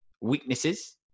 weaknesses